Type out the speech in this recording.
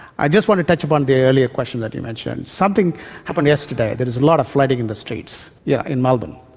i just want to touch upon the earlier question that you mentioned. something happened yesterday, there was a lot of flooding in the streets yeah in melbourne.